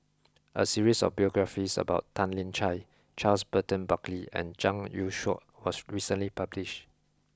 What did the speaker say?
a series of biographies about Tan Lian Chye Charles Burton Buckley and Zhang Youshuo was recently published